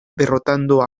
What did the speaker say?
derrotando